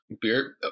Beer